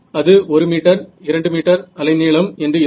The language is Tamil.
அது 1 மீட்டர் 2 மீட்டர் அலைநீளம் என்று இருக்கும்